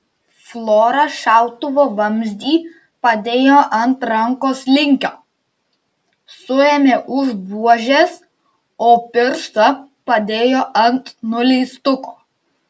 flora šautuvo vamzdį padėjo ant rankos linkio suėmė už buožės o pirštą padėjo ant nuleistuko